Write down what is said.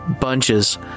Bunches